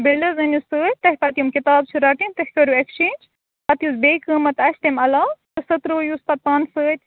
bill حظ أنیٚو سۭتۍ تۄہہِ پتہِ یِم کِتابہٕ چھو رَٹٕنۍ تُہۍ کٔروایٚکٕسچینج پَتہٕ یُس بِیٚیِہِ قۭمت آسہِ تَمہِ علاوٕ تہٕ سۄترٛٲیہُوٗس پَتہٕ پانہٕ سۭتۍ